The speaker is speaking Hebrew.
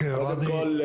קודם כל,